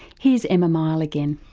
here's emma miall again.